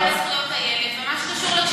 כל מה שקשור לילדים יהיה בוועדה לזכויות הילד,